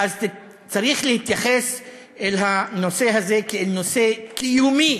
צריך להתייחס לנושא הזה כאל נושא קיומי